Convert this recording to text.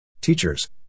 teachers